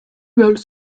rolls